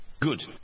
Good